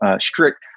Strict